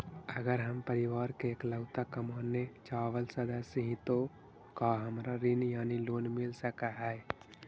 अगर हम परिवार के इकलौता कमाने चावल सदस्य ही तो का हमरा ऋण यानी लोन मिल सक हई?